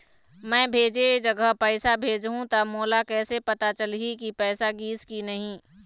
मैं भेजे जगह पैसा भेजहूं त मोला कैसे पता चलही की पैसा गिस कि नहीं?